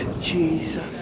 Jesus